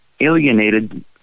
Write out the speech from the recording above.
alienated